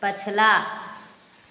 पछिला